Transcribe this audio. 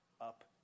up